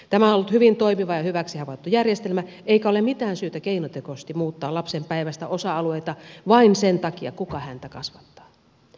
tämä on ollut hyvin toimiva ja hyväksi havaittu järjestelmä eikä ole mitään syytä keinotekoisesti muuttaa lapsen päivästä osa alueita vain sen takia kuka häntä kasvattaa